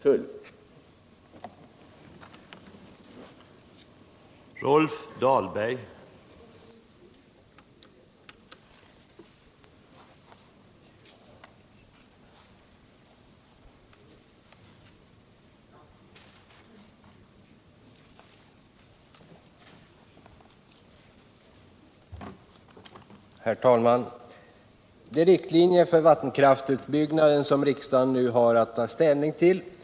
Torsdagen den